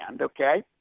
okay